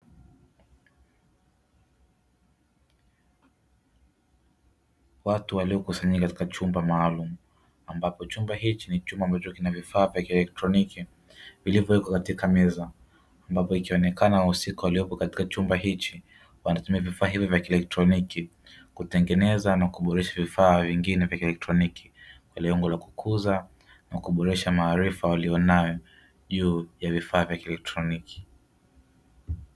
Watu waliokusanyika katika chumba maalumu, ambapo chumba hiki ni chumba ambacho kina vifaa vya kieletroniki, vilivyowekwa katika meza, ambapo ikionekana wahusika waliopo katika chumba hiki wanatumia vifaa hivi vya kielektroniki kutengeneza na kuboresha vifaa vingine vya kielektroniki, kwa lengo la kukuza na kuboresha maarifa waliyo nayo, juu ya vifaa vya kielektroniki.